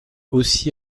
aussi